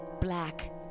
black